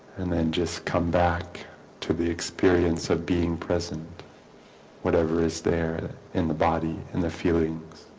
and then just come back to the experience of being present whatever is there in the body and the feelings